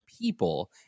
people